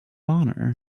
honor